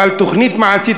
אבל תוכנית מעשית,